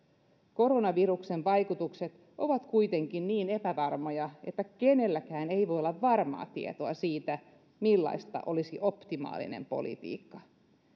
koronaviruksen vaikutukset ovat kuitenkin niin epävarmoja että kenelläkään ei voi olla varmaa tietoa siitä millaista olisi optimaalinen politiikka